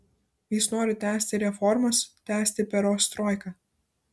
jis nori tęsti reformas tęsti perestroiką